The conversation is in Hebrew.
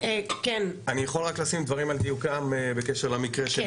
אני יכול רק לשים דברים על דיוקם בקשר למקרה של אתמול?